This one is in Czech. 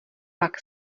pak